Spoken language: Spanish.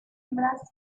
hembras